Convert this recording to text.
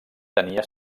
tenia